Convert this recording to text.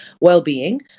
well-being